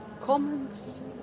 comments